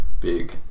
big